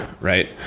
right